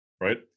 right